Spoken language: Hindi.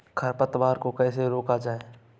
खरपतवार को कैसे रोका जाए?